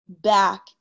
back